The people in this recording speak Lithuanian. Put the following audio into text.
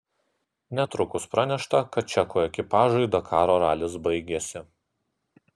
netrukus pranešta kad čekų ekipažui dakaro ralis baigėsi